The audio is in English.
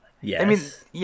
Yes